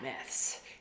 myths